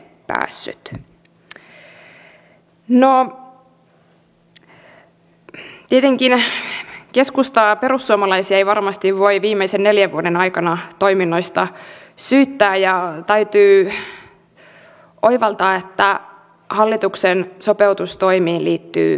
no tietenkään keskustaa ja perussuomalaisia ei varmasti voi viimeisen neljän vuoden aikaisista toiminnoista syyttää ja täytyy oivaltaa että hallituksen sopeutustoimiin liittyy kaksi tasoa